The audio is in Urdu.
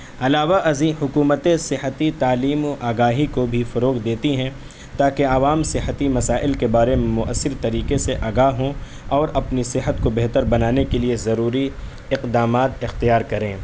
علاوہ ازیں حکومتیں صحتی تعلیم و آگاہی کو بھی فروغ دیتی ہیں تاکہ عوام صحتی مسائل کے بارے میں مؤثر طریقے سے آگاہ ہوں اور اپنی صحت کو بہتر بنانے کے لیے ضروری اقدامات اختیار کریں